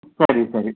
ಸರಿ ಸರಿ